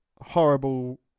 horrible